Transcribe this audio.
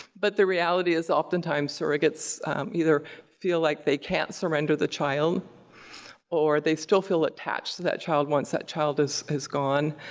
but the reality is oftentimes surrogates either feel like they can't surrender the child or they still feel attached to that child once that child is is gone.